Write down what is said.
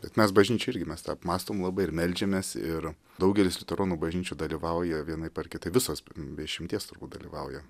bet mes bažnyčia irgi mes tą apmąstom labai ir meldžiamės ir daugelis liuteronų bažnyčių dalyvauja vienaip ar kitaip visos be išimties turbūt dalyvauja